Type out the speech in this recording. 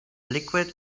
liquid